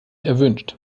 erwünscht